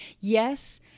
yes